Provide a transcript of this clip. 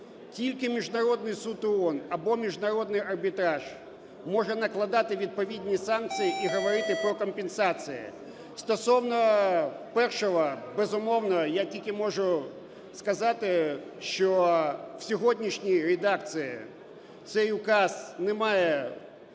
Тільки Міжнародний суд ООН або Міжнародний арбітраж може накладати відповідні санкції і говорити про компенсації. Стосовно першого. Безумовно, я тільки можу сказати, що в сьогоднішній редакції цей указ не має заважати